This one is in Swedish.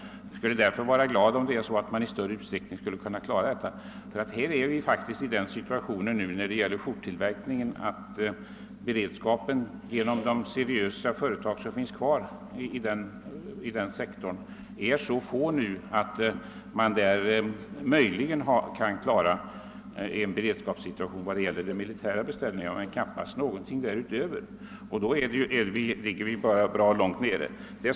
Jag skulle därför vara glad, om man i större utsträckning än hittills kunde ordna den saken. När det gäller skjorttillverkningen befinner vi o§s faktiskt i den situationen att de seriösa företag som finns kvar i denna sektor är så få att man möjligen klarar en beredskapssituation när det gäller de militära beställningarna men knappast något därutöver, och då ligger vi bra lågt i fråga om beredskapen.